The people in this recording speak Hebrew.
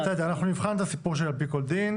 אנחנו נבחן את הסיפור של על פי כל דין.